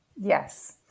yes